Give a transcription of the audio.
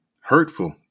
hurtful